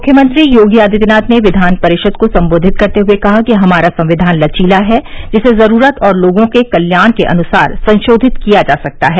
मुख्यमंत्री योगी आदित्यनाथ ने क्यिन परिषद को संबोधित करते हुए कहा कि हमारा संविधान लचीला है जिसे जरूरत और लोगों के कल्याण के अनुसार संशोधित किया जा सकता है